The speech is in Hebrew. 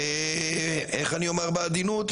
ואיך אני אומר בעדינות?